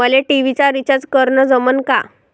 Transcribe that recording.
मले टी.व्ही चा रिचार्ज करन जमन का?